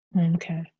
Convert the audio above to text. Okay